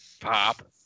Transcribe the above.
pop